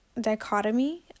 dichotomy